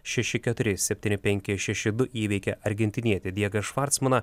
šeši keturi septyni penki šeši du įveikė argentinietį diegą švartsmaną